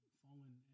fallen